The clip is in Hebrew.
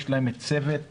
יש להם צוות מדהים,